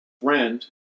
friend